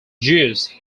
jews